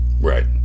Right